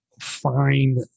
find